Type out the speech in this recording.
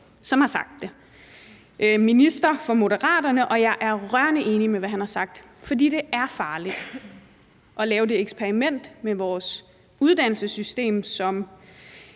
som har sagt det, en minister for Moderaterne, og jeg er rørende enig i, hvad han har sagt. For det er farligt at lave det eksperiment med vores uddannelsessystem, som